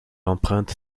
emprunte